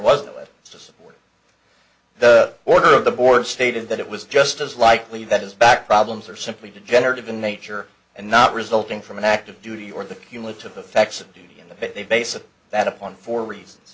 just the order of the board stated that it was just as likely that his back problems are simply degenerative in nature and not resulting from an active duty or the cumulative effects of duty and the base of that upon for reasons